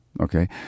Okay